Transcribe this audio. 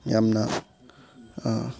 ꯌꯥꯝꯅ